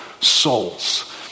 souls